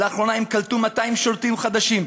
לאחרונה הם קלטו 200 שומרים חדשים,